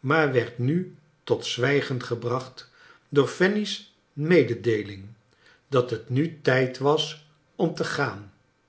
maar werd nu tot zwijgen gehracht door fanny's mededeeling dat het nu tijd was om te gaan